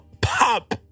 pop